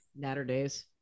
Natterdays